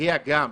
להרגיע גם,